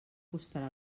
costarà